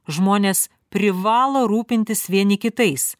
žmonės privalo rūpintis vieni kitais